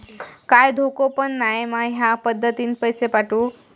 काय धोको पन नाय मा ह्या पद्धतीनं पैसे पाठउक?